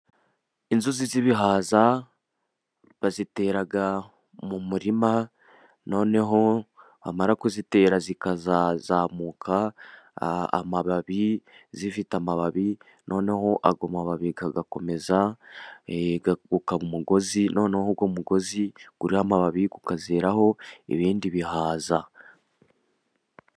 Inzuzi z'ibihaza bazitera mu murima noneho bamara kuzitera zikazazamuka amababi zifite amababi, noneho ayo mababi agakomeza akaba umugozi, noneho uwo mugozi uriho amababi ukazeraho ibindi bihaza.